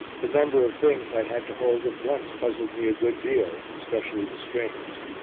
the number of things i had to hold at once puzzled me a good deal, especially the strings.